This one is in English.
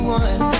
one